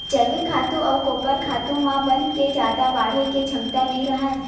जइविक खातू अउ गोबर खातू म बन के जादा बाड़हे के छमता नइ राहय